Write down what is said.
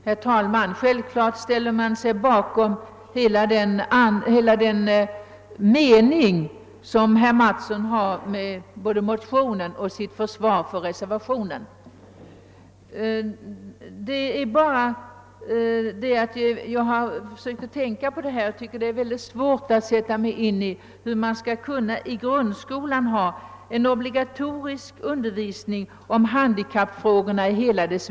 Herr talman! Självfallet delar jag den uppfattning som herr Mattsson har givit uttryck åt både i motionen och i sitt försvar för reservationen. Men när jag tänkt igenom denna fråga har jag funnit det oerhört svårt att föreställa mig hur man i grundskolan skall kunna meddela obligatorisk undervisning om handikappfrågorna i stort.